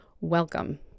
Welcome